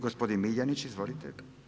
Gospodin Miljenić, izvolite.